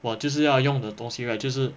我就是要用的东西 right 就是